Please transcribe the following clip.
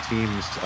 Teams